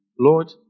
Lord